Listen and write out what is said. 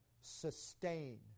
Sustain